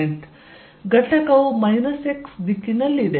ಘಟಕವು x ದಿಕ್ಕಿನಲ್ಲಿದೆ